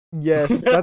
Yes